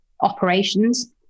operations